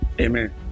Amen